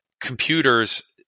computers